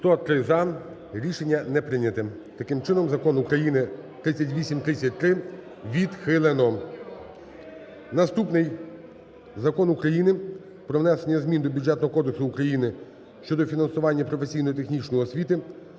103 – "за". Рішення не прийняте. Таким чином Закон України 3833 відхилено. Наступний Закон України "Про внесення змін до Бюджетного кодексу України щодо фінансування професійно-технічної освіти"